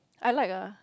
I like ah